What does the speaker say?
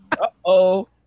Uh-oh